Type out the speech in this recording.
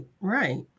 right